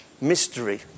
mystery